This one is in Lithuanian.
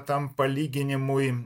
tam palyginimui